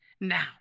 now